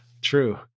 true